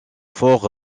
fort